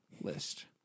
list